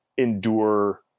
endure